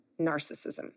narcissism